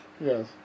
Yes